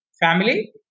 family